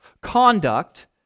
conduct